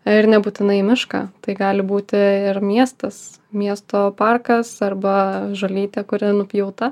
ar nebūtinai į mišką tai gali būti ir miestas miesto parkas arba žolytė kuri nupjauta